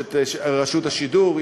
יש רשות השידור,